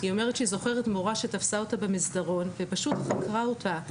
היא אומרת שהיא זוכרת מורה שתפסה אותה במסדרון ופשוט חקרה אותה אז,